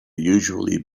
usually